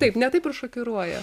taip ne taip šokiruoja